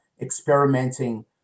experimenting